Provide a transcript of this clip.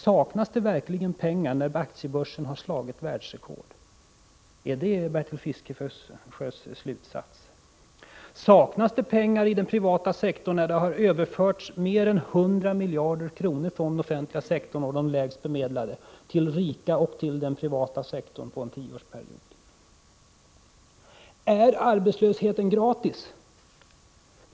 Saknas det verkligen pengar när aktiebörsen har slagit världsrekord? Är det Bertil Fiskesjös slutsats? Saknas det pengar i den privata sektorn, när det har överförts mer än 100 miljarder kronor från den offentliga sektorn och de lägst bemedlade till den privata sektorn och de rika under en tioårsperiod? Är arbetslösheten gratis?